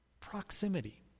Proximity